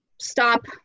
stop